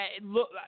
look